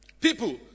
People